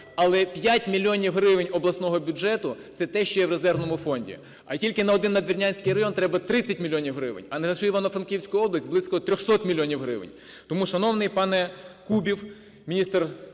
Але 5 мільйонів гривень обласного бюджету – це те, що є в резервному фонді. А тільки на один Надвірнянський район треба 30 мільйонів гривень, а на всю Івано-Франківську область – близько 300 мільйонів гривень. Тому, шановний пане Кубів міністр